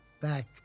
back